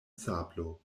sablo